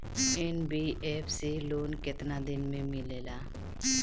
NBFC loan केतना दिन मे मिलेला?